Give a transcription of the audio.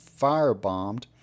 firebombed